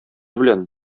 белән